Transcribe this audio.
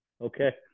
okay